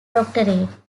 doctorate